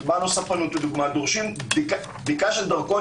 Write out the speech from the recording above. מנו ספנות למשל דורשים בדיקה של דרכון